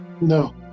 No